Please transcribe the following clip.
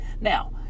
now